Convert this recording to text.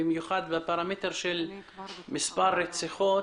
במיוחד בפרמטר של מספר הרציחות,